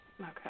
Okay